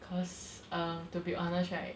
cause um to be honest right